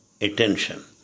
attention